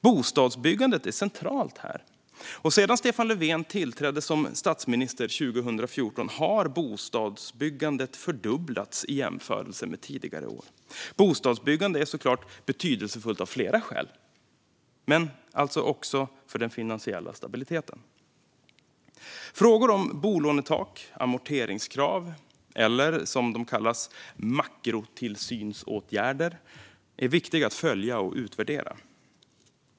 Bostadsbyggandet är centralt här, och sedan Stefan Löfven tillträdde som statsminister 2014 har bostadsbyggandet fördubblats i jämförelse med tidigare år. Bostadsbyggande är såklart betydelsefullt av fler skäl, men ett är alltså den finansiella stabiliteten. Frågor om bolånetak och amorteringskrav - eller, som de kallas, makrotillsynsåtgärder - är viktiga att följa och utvärdera.